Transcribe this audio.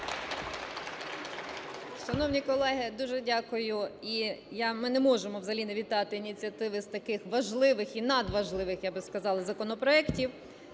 Шановні колеги, дуже дякую. Ми не можемо взагалі не вітати ініціативи з таких важливих і надважливих, я б сказала, законопроектів